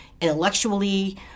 intellectually